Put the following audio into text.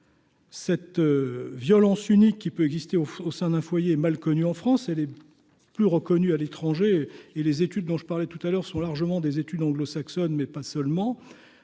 Cette violence unique qui peut exister au au sein d'un foyer mal connue en France et les plus reconnus à l'étranger et les études dont je parlais tout à l'heure sont largement des études anglo-saxonnes, mais pas seulement,